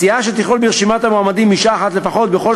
סיעה שתכלול ברשימת המועמדים אישה אחת לפחות בכל